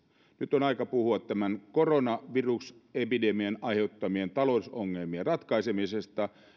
nyt on aika puhua tämän koronavirusepidemian aiheuttamien talousongelmien ratkaisemisesta